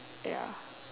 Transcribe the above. ya